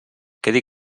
quedi